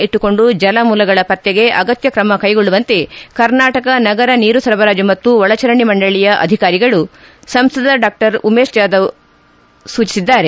ಇಟ್ಟುಕೊಂಡು ಜಲಮೂಲಗಳ ಪತ್ತೆಗೆ ಆಗತ್ಯ ಕ್ರಮ ಕೈಗೊಳ್ಳುವಂತೆ ಕರ್ನಾಟಕ ನಗರ ನೀರು ಸರಬರಾಜು ಮತ್ತು ಒಳಚರಂಡಿ ಮಂಡಳಿಯ ಅಧಿಕಾರಿಗಳಿಗೆ ಸಂಸದ ಡಾ ಉಮೇಶ್ ಜಾದವ್ ಸೂಚಿಸಿದ್ದಾರೆ